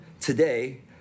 today